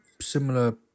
similar